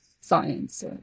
science